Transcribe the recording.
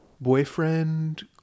Boyfriend